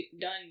done